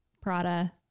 Prada